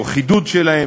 או חידוד שלהן,